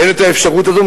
אין האפשרות הזאת.